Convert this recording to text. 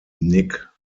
nick